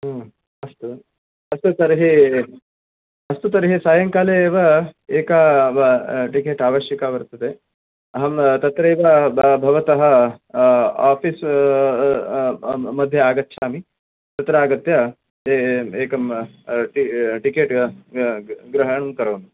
आम् अस्तु अस्तु तर्हि अस्तु तर्हि सायङ्काले एव एका वा टिकिट् आवश्यकं वर्तते अहं तत्रैव भ भवतः आफिस् मध्ये आगच्छामि तत्र आगत्य एकं टिकिट् ग्रहणं करोमि